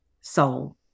soul